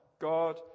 God